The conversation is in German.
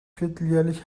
vierteljährlich